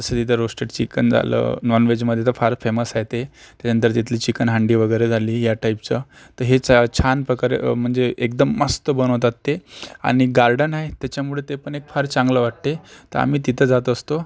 जसं तिथे roasted chicken झालं नॉनवेजमध्ये तर फारच फेमस आहे ते त्याच्यानंतर तिथली चिकन हांडी वगैरे झाली या टाईपचं तर हे छानप्रकारे म्हणजे एकदम मस्त बनवतात ते आणि गार्डन आहे त्याच्यामुळे ते पण एक फार चांगलं वाटते तर आम्ही तिथं जात असतो